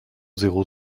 zéro